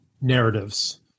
narratives